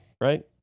Right